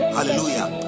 Hallelujah